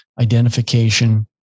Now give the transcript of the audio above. Identification